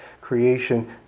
creation